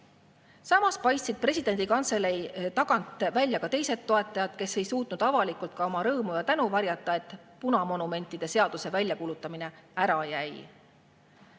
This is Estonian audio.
Samas paistsid presidendi kantselei tagant välja ka teised toetajad, kes ei suutnud avalikult oma rõõmu ja tänu varjata, et punamonumentide seaduse väljakuulutamine ära jäi.